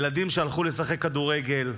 ילדים שהלכו לשחק כדורגל.